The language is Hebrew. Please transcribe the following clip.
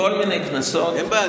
בכל מיני כנסות --- אין בעיה,